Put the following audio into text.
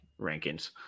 rankings